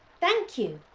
thank you.